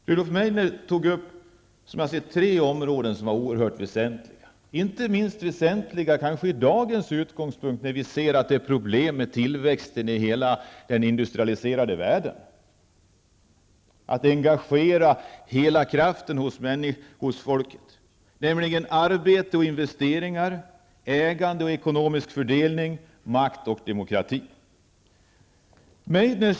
Rudolf Meidner tog upp tre områden som är oerhört väsentliga, kanske inte minst från dagens utgångspunkt, när vi ser att det är problem med tillväxten i hela den industraliserade världen. Det gällde att engagera hela kraften hos folket, nämligen arbete och investeringar, ägande och ekonomisk fördelning, makt och demokrati.